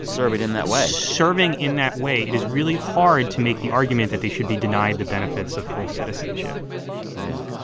serving in that way. serving in that way, it is really hard to make the argument that they should be denied the benefits of full citizenship yeah.